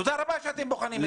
תודה רבה שאתם בוחנים את זה.